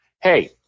hey